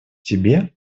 тебе